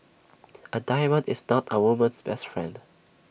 A diamond is not A woman's best friend